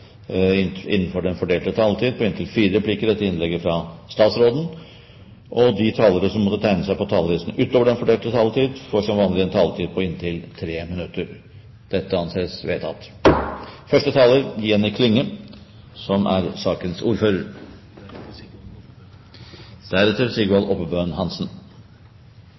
på inntil fire replikker etter innlegget fra statsråden innenfor den fordelte taletid. De talere som måtte tegne seg på talerlisten utover den fordelte taletid, får som vanlig en taletid på inntil 3 minutter. – Det anses vedtatt.